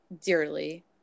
dearly